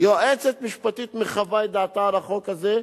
יועצת משפטית מחווה את דעתה על החוק הזה,